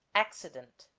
accident